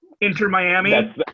Inter-Miami